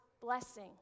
blessing